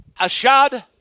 Ashad